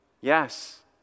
Yes